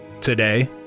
Today